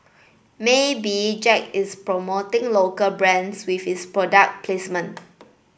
maybe Jack is promoting local brands with his product placement